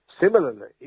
Similarly